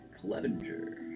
Clevenger